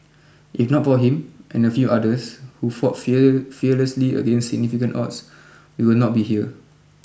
if not for him and a few others who fought fear fearlessly against significant odds we will not be here